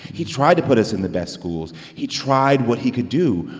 he tried to put us in the best schools. he tried what he could do,